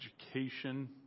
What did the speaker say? education